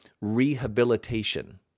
rehabilitation